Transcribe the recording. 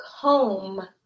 comb